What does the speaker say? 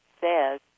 says